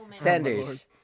Sanders